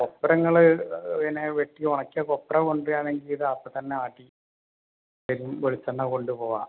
കൊപ്ര നിങ്ങൾ പിന്നെ വെട്ടിയുണക്കിയ കൊപ്ര കൊണ്ടുതരുകയാണെങ്കിൽ അപ്പം തന്നെ ആട്ടി തരും വെളിച്ചെണ്ണ കൊണ്ട് പോകാം